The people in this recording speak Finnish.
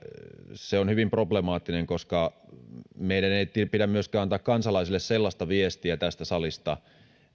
se on hyvin problemaattista koska meidän ei pidä myöskään antaa kansalaisille sellaista viestiä tästä salista